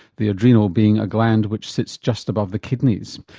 the adrenal being a gland which sits just above the kidneys.